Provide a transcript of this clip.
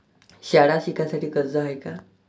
शाळा शिकासाठी कर्ज हाय का?